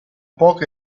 poche